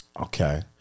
Okay